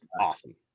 awesome